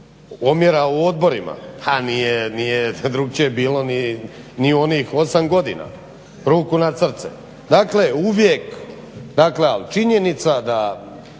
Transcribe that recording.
omjera u odborima, pa nije drukčije bilo ni u onih 8 godina, ruku na srce. Dakle uvijek, ali činjenica da